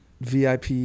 VIP